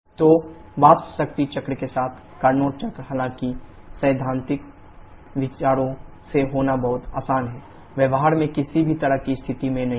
तो वाष्प शक्ति चक्र के साथ कार्नोट चक्र हालांकि सैद्धांतिक विचारों से होना बहुत आसान है व्यवहार में किसी भी तरह की स्थिति में नहीं है